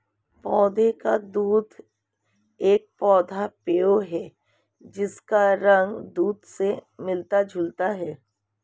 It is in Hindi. पौधे का दूध एक पौधा पेय है जिसका रंग दूध से मिलता जुलता है